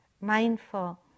mindful